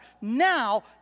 now